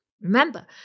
Remember